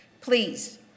Please